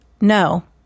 No